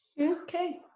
Okay